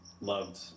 loved